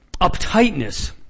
uptightness